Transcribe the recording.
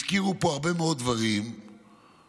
הזכירו פה הרבה מאוד דברים לפניי,